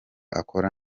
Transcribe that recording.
akora